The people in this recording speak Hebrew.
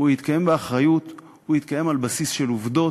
יתקיים באחריות, יתקיים על בסיס של עובדות,